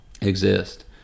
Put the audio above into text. exist